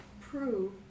prove